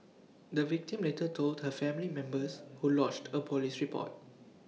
the victim later told her family members who lodged A Police report